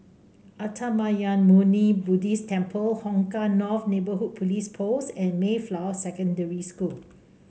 Uttamayanmuni Buddhist Temple Hong Kah North Neighbourhood Police Post and Mayflower Secondary School